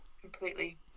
completely